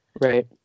Right